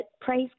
praise